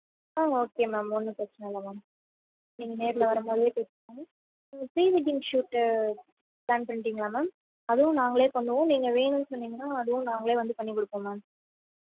ஆ okay ma'am ஒன்றும் பிரச்சனை இல்லை மேம் நீங்கள் நேரில் வர மாதிரியே நீங்கள் ப்ரீ வெட்டிங் ஷூட்டு ப்ளான் பண்ணிவிட்டிகளா மேம் அதுவும் நாங்களே பண்ணுவோம் நீங்கள் வேணும்ன்னு சொன்னிங்கன்னா அதுவும் நாங்களே வந்து பண்ணி கொடுப்போம் மேம்